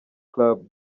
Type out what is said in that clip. club